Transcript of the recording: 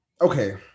okay